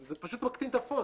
זה פשוט מקטין את הפונט,